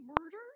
murder